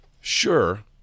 Sure